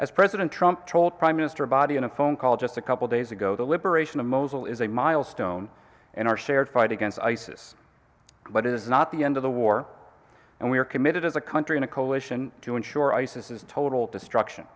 as president trump told prime minister body in a phone call just a couple days ago the liberation of mosul is a milestone in our shared fight against isis but it is not the end of the war and we are committed as a country in a coalition to ensure isis is a total destruction